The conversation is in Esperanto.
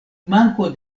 manko